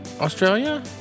Australia